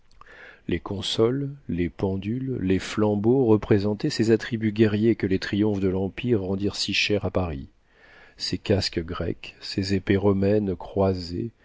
les consoles les pendules les flambeaux représentaient ces attributs guerriers que les triomphes de l'empire rendirent si chers à paris ces casques grecs ces épées romaines croisées